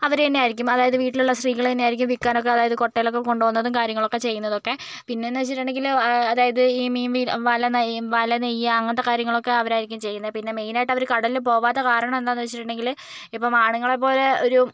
അവര് തന്നെ ആയിരിക്കും അതായത് വീട്ടിൽ ഉള്ള സ്ത്രീകൾ തന്നെയായിരിക്കും വിൽക്കാൻ ഒക്കെ അതായത് കൊട്ടയിൽ ഒക്കെ കൊണ്ടുപോകുന്നതും കാര്യങ്ങളൊക്കെ ചെയ്യുന്നതൊക്കെ പിന്നെ എന്ന് വെച്ചിട്ടുണ്ടെങ്കില് അതായത് ഈ മീൻ പി വല നെയ്യും വല നെയ്യുക അങ്ങനത്തെ കാര്യങ്ങളൊക്കെ അവരായിരിക്കും ചെയ്യുന്നത് പിന്നെ മെയിൻ ആയിട്ട് അവര് കടലിൽ പോകാത്ത കാരണം എന്താ എന്ന് വെച്ചിട്ടുണ്ടേങ്കില് ഇപ്പോൾ ആണുങ്ങളെ പോലെ ഒരു